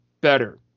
better